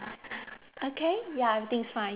okay ya everything is fine